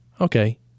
Okay